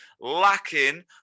lacking